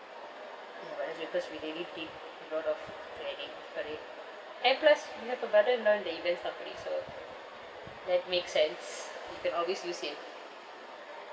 but as returns we really paid a lot of credit for it and plus you have a brother in law in the events company so that makes sense you can always use him